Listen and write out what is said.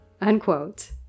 Unquote